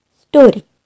story